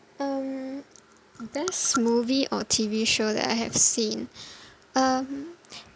um best movie or T_V show that I have seen um